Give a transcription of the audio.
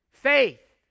faith